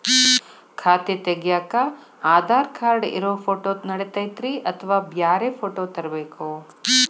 ಖಾತೆ ತಗ್ಯಾಕ್ ಆಧಾರ್ ಕಾರ್ಡ್ ಇರೋ ಫೋಟೋ ನಡಿತೈತ್ರಿ ಅಥವಾ ಬ್ಯಾರೆ ಫೋಟೋ ತರಬೇಕೋ?